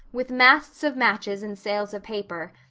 with masts of matches and sails of paper,